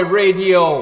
radio